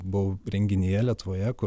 buvau renginyje lietuvoje kur